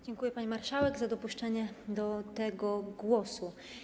Dziękuję, pani marszałek, za dopuszczenie do głosu.